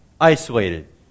Isolated